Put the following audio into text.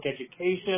education